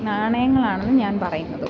നാണയങ്ങളാണെന്നു ഞാൻ പറയുന്നത്